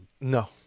No